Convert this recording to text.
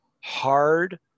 hard